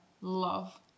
love